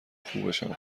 خوبشم